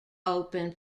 open